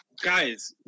guys